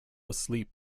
asleep